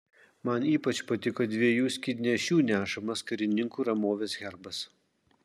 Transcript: man ypač patiko dviejų skydnešių nešamas karininkų ramovės herbas